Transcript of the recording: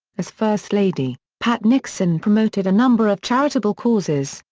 as first lady, pat nixon promoted a number of charitable causes,